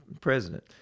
president